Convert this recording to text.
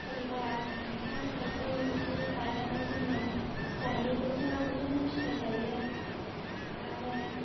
फोरला खान्थाल थाइजौ बिदि गायनानै जोङो जायो बोथोराव बोथोरनि फिथाइ जायो आरो